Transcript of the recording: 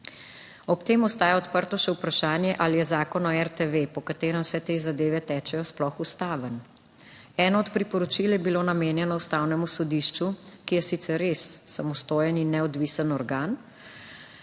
Ob tem ostaja odprto še vprašanje, ali je Zakon o RTV, po katerem vse te zadeve tečejo, sploh ustaven. Eno od priporočil je bilo namenjeno Ustavnemu sodišču, ki je sicer res samostojen in neodvisen organ,